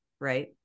right